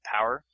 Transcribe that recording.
Power